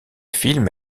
film